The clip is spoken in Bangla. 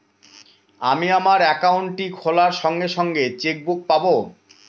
আমি আমার একাউন্টটি খোলার সঙ্গে সঙ্গে চেক বুক পাবো?